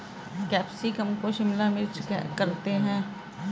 capsicum को शिमला मिर्च करते हैं